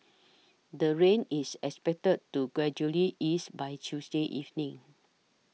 the rain is expected to gradually ease by Tuesday evening